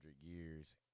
years